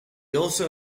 also